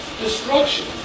Destruction